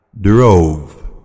Drove